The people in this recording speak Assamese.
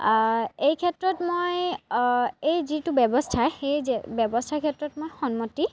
এই ক্ষেত্ৰত মই এই যিটো ব্যৱস্থা সেই যে ব্যৱস্থা ক্ষেত্ৰত মই সন্মতি